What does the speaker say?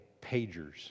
pagers